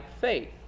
faith